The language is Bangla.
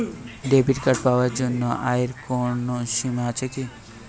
ডেবিট কার্ড পাওয়ার জন্য আয়ের কোনো সীমা আছে কি?